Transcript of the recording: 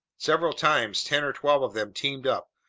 several times ten or twelve of them teamed up,